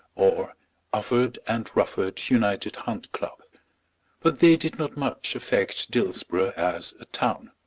or ufford and rufford united hunt club but they did not much affect dillsborough as a town.